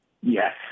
Yes